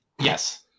Yes